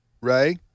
Ray